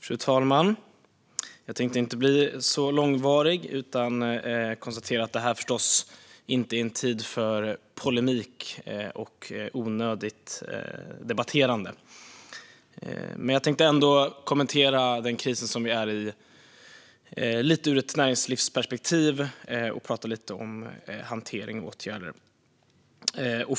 Fru talman! Jag tänker inte bli så långvarig i talarstolen. Jag konstaterar att det här förstås inte är en tid för polemik och onödigt debatterande. Jag tänker ändå kommentera den kris vi är i lite ur ett näringslivsperspektiv och tala lite om hantering och åtgärder.